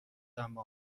اما